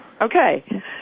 Okay